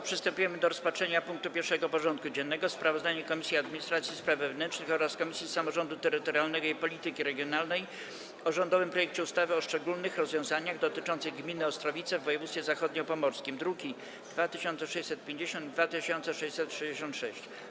Przystępujemy do rozpatrzenia punktu 1. porządku dziennego: Sprawozdanie Komisji Administracji i Spraw Wewnętrznych oraz Komisji Samorządu Terytorialnego i Polityki Regionalnej o rządowym projekcie ustawy o szczególnych rozwiązaniach dotyczących gminy Ostrowice w województwie zachodniopomorskim (druki nr 2650 i 2666)